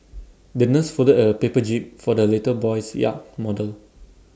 the nurse folded A paper jib for the little boy's yacht model